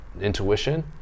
intuition